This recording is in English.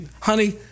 Honey